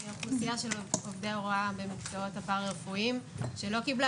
זו אוכלוסייה של עובדי ההוראה במקצועות הפרא רפואיים שלא קבלה